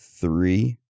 three